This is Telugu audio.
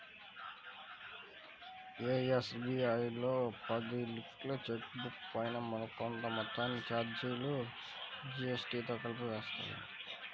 ఎస్.బీ.ఐ లో పది లీఫ్ల చెక్ బుక్ పైన మనకు కొంత మొత్తాన్ని చార్జీలుగా జీఎస్టీతో కలిపి వేస్తారు